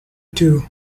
too